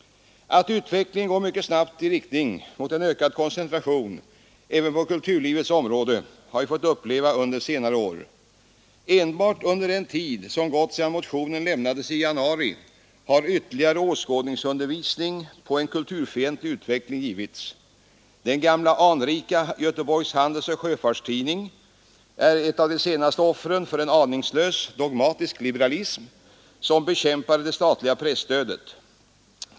Att utvecklingen går mycket snabbt i riktning mot en ökad koncentration även på kulturlivets område har vi fått uppleva under senare år. Enbart under den tid som gått sedan motionen lämnades i januari har ytterligare åskådningsundervisning på en kulturfientlig utveckling givits. Den gamla anrika Göteborgs Handelsoch Sjöfarts-Tidning är ett av de senaste offren för en aningslös dogmatisk liberalism som bekämpade det statliga presstödet.